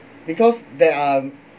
because there are